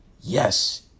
Yes